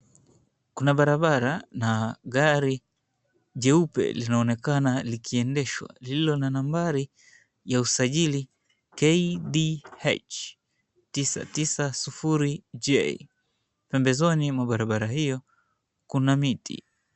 Kuna barabara na gari jeupe linaonekana likiendeshwa lililo na nambari ya usajili, KDH 990J. Pembezoni mwa barabara hiyo kuna miti.